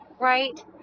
Right